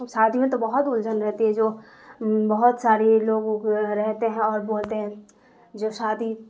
شادی میں تو بہت الجھن رہتی ہے جو بہت ساری لوگ ووگ رہتے ہیں اور بولتے ہیں جو شادی